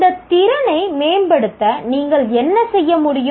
இந்த திறனை மேம்படுத்த நீங்கள் என்ன செய்ய முடியும்